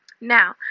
Now